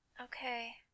Okay